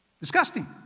Disgusting